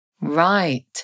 Right